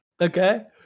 okay